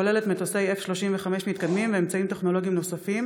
הכוללת מטוסי F-35 מתקדמים ואמצעים טכנולוגיים נוספים,